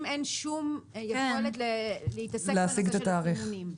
אין שום יכולת להתעסק עם הנושא של הסימונים.